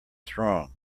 strong